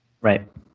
Right